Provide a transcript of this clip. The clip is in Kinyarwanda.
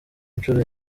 ncuro